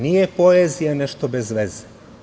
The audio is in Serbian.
Nije poezija nešto bez veze.